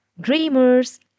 Dreamers